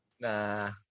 Nah